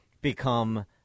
become